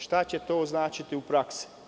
Šta će to značiti u praksi?